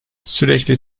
sürekli